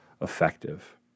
effective